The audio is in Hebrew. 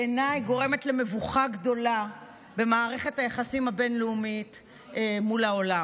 בעיניי גורמת למבוכה גדולה במערכת היחסים הבין-לאומית מול העולם.